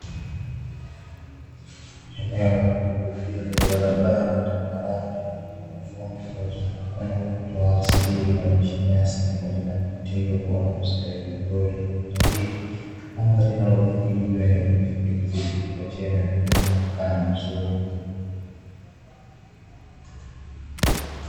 Eneo la kijiografia lenye barabara tambarare na vumbi iliyozungukwa na uoto wa asili unao onyesha nyasi pamoja na miti iliyokua na kustawi vizuri, anga linalodhihili juu ya eneo hili likizidi kulipatia eneo hilo muonekano mzuri.